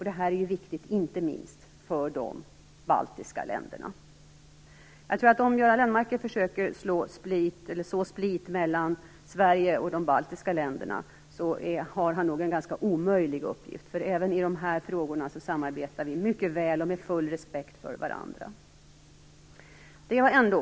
Detta är ju inte minst viktigt för de baltiska länderna. Om Göran Lennmarker försöker så split mellan Sverige och de baltiska länderna har han nog en ganska omöjlig uppgift. Vi samarbetar mycket väl och med full respekt för varandra även i de här frågorna.